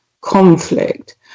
conflict